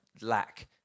lack